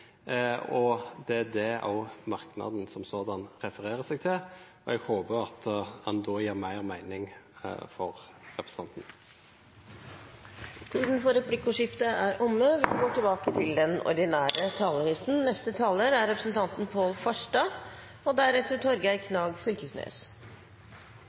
Det er det også merknaden som sådan refererer seg til, og jeg håper at den da gir mer mening for representanten. Replikkordskiftet er omme.